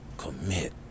commit